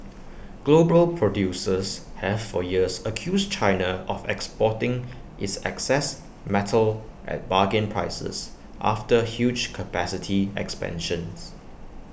global producers have for years accused China of exporting its excess metal at bargain prices after huge capacity expansions